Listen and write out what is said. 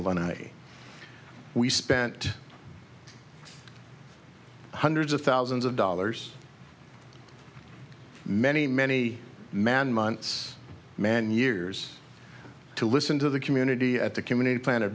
alumni we spent hundreds of thousands of dollars many many man months man years to listen to the community at the community plan